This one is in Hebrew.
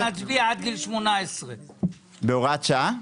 אבל עכשיו אנחנו נצביע על גיל 18. בהוראת שעה?